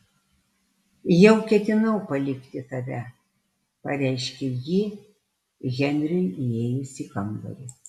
jau ketinau palikti tave pareiškė ji henriui įėjus į kambarį